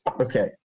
Okay